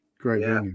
Great